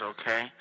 Okay